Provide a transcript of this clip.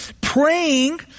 Praying